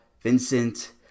Vincent